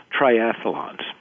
triathlons